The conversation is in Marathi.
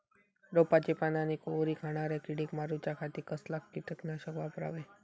रोपाची पाना आनी कोवरी खाणाऱ्या किडीक मारूच्या खाती कसला किटकनाशक वापरावे?